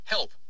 Help